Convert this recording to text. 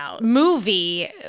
movie